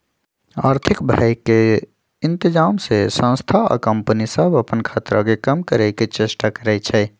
आर्थिक भय के इतजाम से संस्था आ कंपनि सभ अप्पन खतरा के कम करए के चेष्टा करै छै